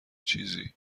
چیزی